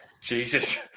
Jesus